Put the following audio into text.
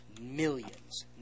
millions